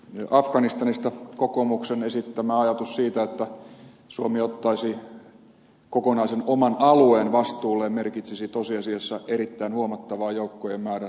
afganistania koskien kokoomuksen esittämä ajatus siitä että suomi ottaisi kokonaisen oman alueen vastuulleen merkitsisi tosiasiassa erittäin huomattavaa joukkojen määrän lisäämistä